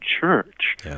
Church